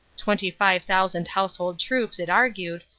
twenty-five thousand household troops, it argued,